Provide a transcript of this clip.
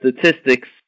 statistics